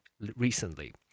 recently